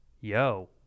Yo